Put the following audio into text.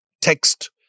text